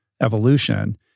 evolution